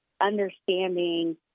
understanding